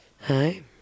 Hi